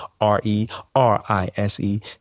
R-E-R-I-S-E